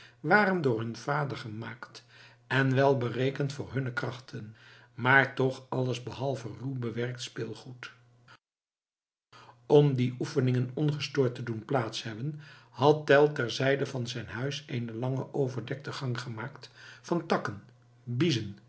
waren door hun vader gemaakt en wel berekend voor hunne krachten maar toch alles behalve ruw bewerkt speelgoed om die oefeningen ongestoord te doen plaats hebben had tell ter zijde van zijn huis eene lange overdekte gang gemaakt van takken biezen